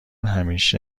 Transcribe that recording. همیشه